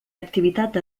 activitat